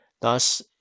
Thus